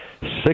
six